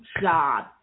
job